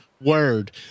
word